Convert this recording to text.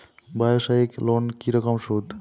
ব্যবসায়িক লোনে কি রকম সুদ?